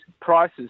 prices